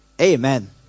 amen